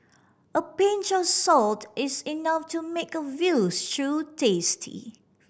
a pinch of salt is enough to make a veal stew tasty